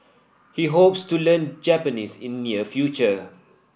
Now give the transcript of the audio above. he hopes to learn Japanese in near future